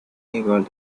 eagle